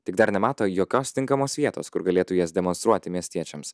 tik dar nemato jokios tinkamos vietos kur galėtų jas demonstruoti miestiečiams